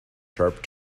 sharp